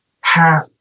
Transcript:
half